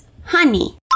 Honey